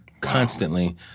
constantly